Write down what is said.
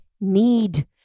need